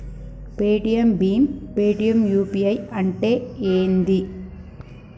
Paytm భీమ్ Paytm UPI అంటే ఏంది?